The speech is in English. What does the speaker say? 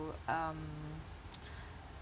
to um